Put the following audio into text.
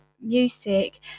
music